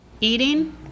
Eating